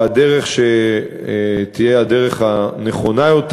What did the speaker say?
בדרך שתהיה הדרך הנכונה יותר,